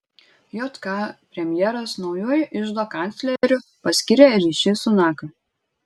jk premjeras naujuoju iždo kancleriu paskyrė riši sunaką